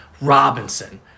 Robinson